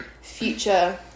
future